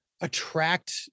attract